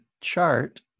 chart